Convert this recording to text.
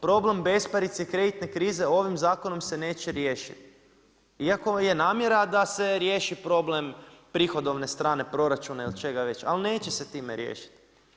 Problem besparice i kreditne krize ovim zakonom se neće riješiti iako je namjera da se riješi problem prihodovne strane proračuna ili čega već, ali neće se time riješiti.